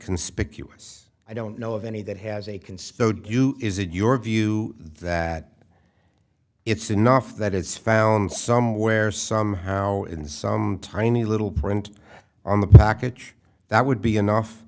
conspicuous i don't know of any that has a conspiracy is it your view that it's enough that it's found somewhere somehow in some tiny little print on the package that would be enough